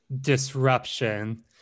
Disruption